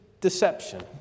deception